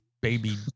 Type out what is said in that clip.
baby